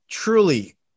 Truly